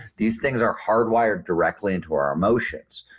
these things are hardwired directly into our emotions.